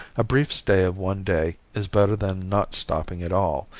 a brief stay of one day is better than not stopping at all,